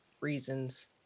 reasons